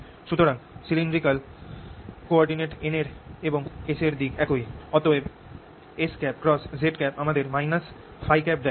সুতরাং সিলিন্ড্রিকাল কোঅরডিনেটে n এর এবং S এর দিক একই অতএব Sz আমাদের ø দেয়